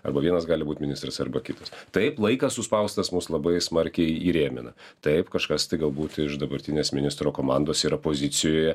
arba vienas gali būt ministras arba kitas taip laikas suspaustas mus labai smarkiai įrėmina taip kažkas tai galbūt iš dabartinės ministro komandos yra pozicijoje